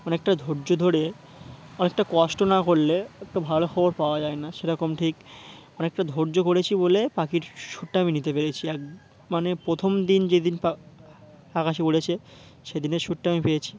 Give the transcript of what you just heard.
অনেকটা ধৈর্য ধরে অনেকটা কষ্ট না করলে একটটা ভালো খবর পাওয়া যায় না সেরকম ঠিক অনেকটা ধৈর্য করেছি বলে পাখির শ্যুটটা আমি নিতে পেরেছি এক মানে প্রথম দিন যেদিন পা আকাশে উড়েছে সেদিনের শ্যুটটা আমি পেয়েছি